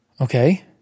Okay